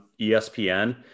ESPN